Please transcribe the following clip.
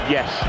Yes